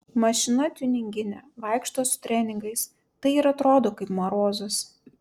mašina tiuninginė vaikšto su treningais tai ir atrodo kaip marozas